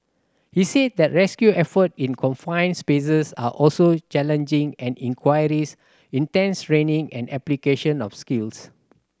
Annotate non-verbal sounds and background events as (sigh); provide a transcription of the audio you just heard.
he said that rescue effort in confined spaces are also challenging and (unintelligible) intense training and application of skills